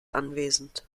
anwesend